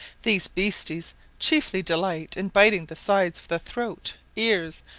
these beasties chiefly delight in biting the sides of the throat, ears,